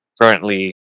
currently